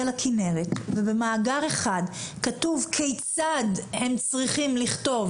לכנרת ובמאגר אחד כתוב כיצד הם צריכים לכתוב,